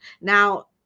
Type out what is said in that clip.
Now